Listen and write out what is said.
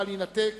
בל יינתק,